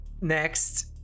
Next